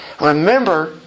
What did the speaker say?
Remember